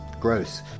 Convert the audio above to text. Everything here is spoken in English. gross